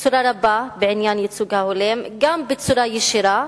במידה רבה בעניין הייצוג ההולם, גם בצורה ישירה